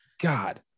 god